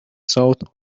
sought